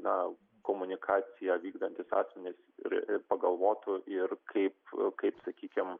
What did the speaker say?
na komunikaciją vykdantys asmenys turi pagalvotų ir kaip kaip sakykim